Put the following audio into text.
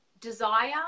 desire